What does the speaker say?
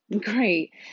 great